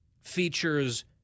Features